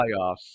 playoffs